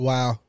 Wow